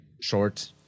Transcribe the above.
short